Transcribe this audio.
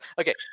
Okay